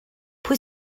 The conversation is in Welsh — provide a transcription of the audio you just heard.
pwy